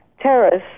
terrorists